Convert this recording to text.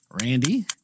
Randy